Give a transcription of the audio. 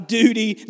duty